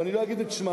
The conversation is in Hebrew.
ואני לא אגיד את שמם: